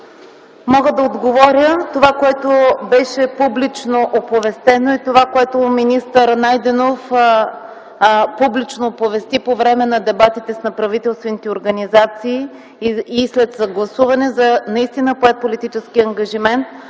мога да отговоря това, което беше публично оповестено и това, което министър Найденов публично оповести по време на дебатите с неправителствените организации и наистина пое политически ангажимент